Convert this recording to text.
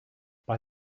bei